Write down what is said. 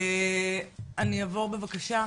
אני אעבור בבקשה.